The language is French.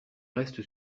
reste